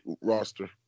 roster